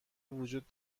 وجود